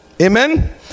amen